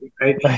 right